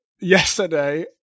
yesterday